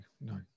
No